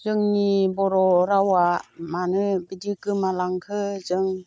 जोंनि बर' रावा मानो बिदि गोमालांखो जों